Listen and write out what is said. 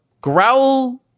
growl